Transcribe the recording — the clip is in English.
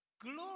glory